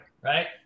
right